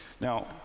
Now